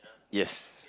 yes